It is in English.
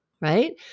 right